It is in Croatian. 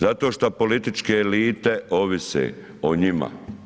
Zato što političke elite ovise o njima.